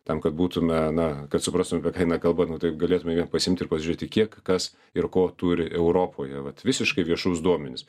tam kad būtume na kad suprastume apie ką eina kalbant nu tai galėtume vien pasiimti ir pažiūrėti kiek kas ir ko turi europoje vat visiškai viešus duomenis